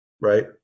right